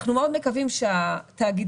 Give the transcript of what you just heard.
אנחנו מאוד מקווים שהתאגידים,